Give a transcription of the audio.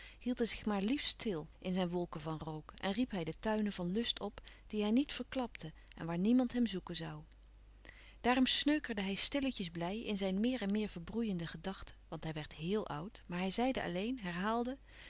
hij zich maar liefst stil in zijn wolken van rook en riep hij de tuinen van lust op die hij niet verklapte en waar niemand hem zoeken zoû daarom sneukerde hij stilletjes blij in zijn meer en meer verbroeiende gedachte want hij werd héél oud maar hij zeide alleen herhaalde